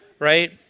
right